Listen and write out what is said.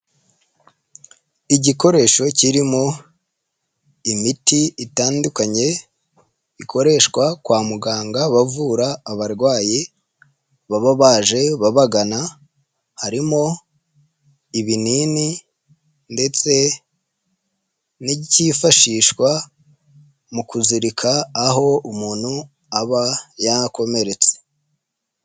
Igikoresho kirimo imiti itandukanye ikoreshwa kwa muganga bavura abarwayi baba baje babagana, harimo ibinini ndetse n'ikifashishwa mu kuzirika aho umuntu aba yakomeretse.